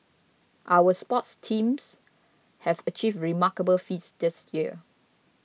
our sports teams have achieved remarkable feats this year